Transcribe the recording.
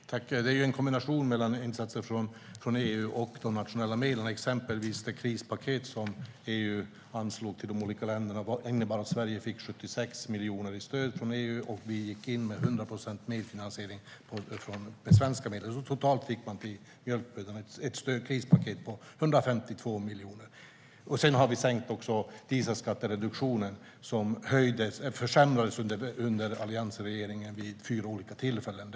Fru talman! Det är ju en kombination av insatser från EU och de nationella medlen. Till exempel innebar det krispaket som EU anslog till de olika länderna att Sverige fick 76 miljoner i stöd från EU. Vi hade 100 procent medfinansiering och gick in med svenska medel. Totalt fick mjölkbönderna alltså ett krispaket på 152 miljoner. Sedan har vi sänkt dieselskattereduktionen, som försämrades under alliansregeringen vid fyra olika tillfällen.